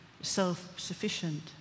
self-sufficient